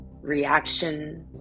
reaction